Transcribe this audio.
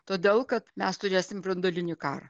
todėl kad mes turėsim branduolinį karą